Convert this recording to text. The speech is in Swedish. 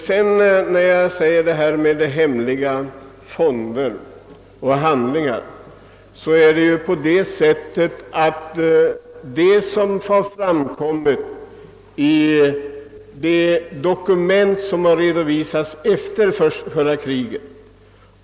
Det är de dokument som redovisats efter förra kriget som föranlett mig att ta upp frågan om hemliga fonder.